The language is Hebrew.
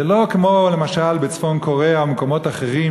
זה לא כמו למשל בצפון-קוריאה או במקומות אחרים,